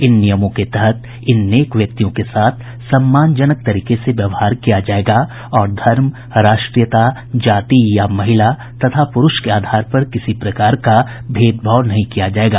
इन नियमों के तहत इन नेक व्यक्तियों के साथ सम्मानजनक तरीके से व्यवहार किया जायेगा और धर्म राष्ट्रीयता जाति या महिला तथा पुरूष के आधार पर किसी प्रकार का भेदभाव नहीं किया जायेगा